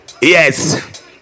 Yes